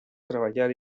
treballar